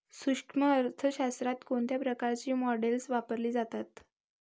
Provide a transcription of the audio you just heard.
सूक्ष्म अर्थशास्त्रात कोणत्या प्रकारची मॉडेल्स वापरली जातात?